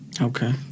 okay